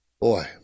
Boy